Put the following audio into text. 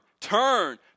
Turn